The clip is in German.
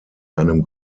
einem